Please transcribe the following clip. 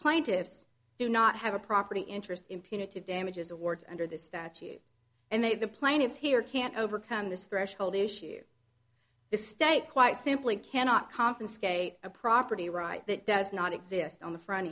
plaintiffs do not have a property interest in punitive damages awards under the statute and they the plaintiffs here can't overcome this threshold issue the state quite simply cannot confiscate a property right that does not exist on the fr